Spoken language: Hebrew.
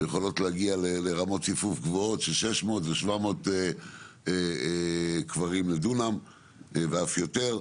יכולות להגיע לרמות ציפוף גבוהות של 600-700 קברים לדונם ואף יותר.